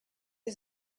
les